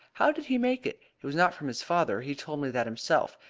how did he make it? it was not from his father he told me that himself.